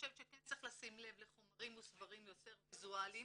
צריך לשים לב לחומרים מוסברים יותר ויזואליים,